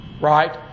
Right